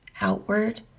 outward